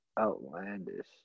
outlandish